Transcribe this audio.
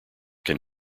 can